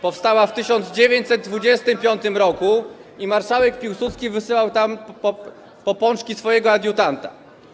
Powstała w 1925 r. i marszałek Piłsudski wysyłał tam po pączki swojego adiutanta.